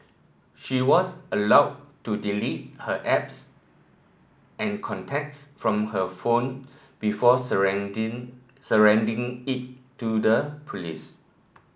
she was allowed to delete her apps and contacts from her phone before surrendering surrendering it to the police